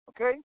okay